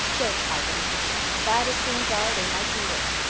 don't cry, little kitchener. bad as things are, they might be worse.